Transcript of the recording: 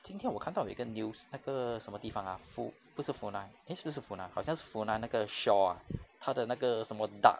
今天我看到有一个 news 那个什么地方 ah fu~ 不是 funan eh 是不是 funan 好像是 funan 那个 shaw ah 它的那个什么 duct